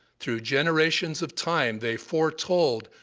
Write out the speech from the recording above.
through generations of time they foretold,